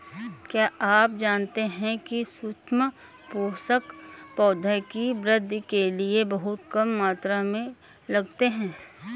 क्या आप जानते है सूक्ष्म पोषक, पौधों की वृद्धि के लिये बहुत कम मात्रा में लगते हैं?